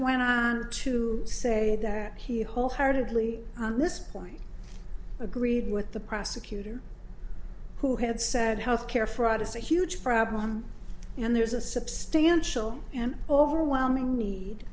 went on to say that he wholeheartedly on this point agreed with the prosecutor who had said health care fraud is a huge problem and there's a substantial and overwhelming need